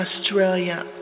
Australia